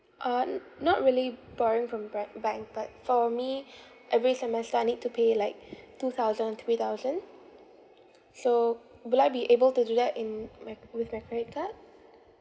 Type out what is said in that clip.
uh n~ not really borrowing from bra~ bank but for me every semester I need to pay like two thousand three thousand so will I be able to do that in my with my credit card